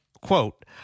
Quote